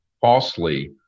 falsely